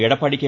Edappadi K